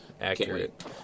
accurate